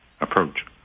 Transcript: approach